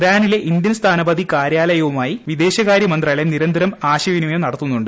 ഇറാനിലെ ഇന്ത്യൻ സ്ഥാനപതി കാര്യലയവുമായി വിദേശകാര്യ മന്ത്രാലയം നിരന്തരം ആശയവിനിമയം നടത്തുന്നുണ്ട്